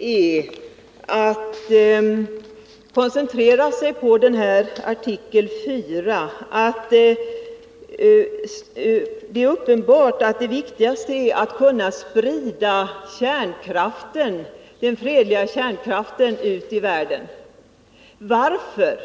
är att koncentrera sig på artikel IV. Det viktigaste är alltså att den fredliga kärnkraften kan spridas ut i världen. Varför?